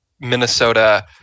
minnesota